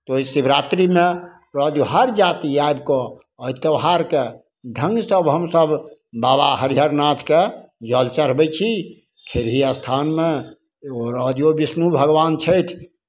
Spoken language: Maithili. तऽ ओहि शिवरात्रिमे रहय दियौ हर जाति आबि कऽ एहि त्योहारकेँ ढङ्गसँ हमसभ बाबा हरिहर नाथकेँ जल चढ़बै छी खेरही स्थानमे रहय दियौ विष्णु भगवान छथि